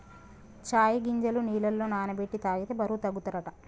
చై గింజలు నీళ్లల నాన బెట్టి తాగితే బరువు తగ్గుతారట